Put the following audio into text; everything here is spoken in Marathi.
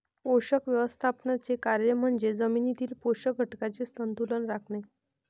पोषक व्यवस्थापनाचे कार्य म्हणजे जमिनीतील पोषक घटकांचे संतुलन राखणे